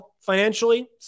financially